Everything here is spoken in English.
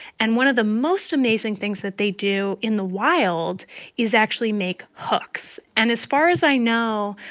and one of the most amazing things that they do in the wild is actually make hooks. and as far as i know,